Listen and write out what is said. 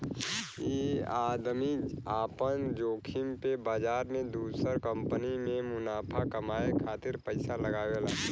ई आदमी आपन जोखिम पे बाजार मे दुसर कंपनी मे मुनाफा कमाए खातिर पइसा लगावेला